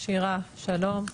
שירה שלום.